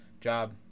job